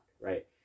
right